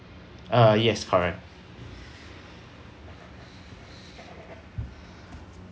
err yes correct